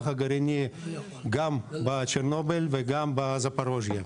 הגרעיני גם בצ'רנוביל וגם בזפוריז'יה,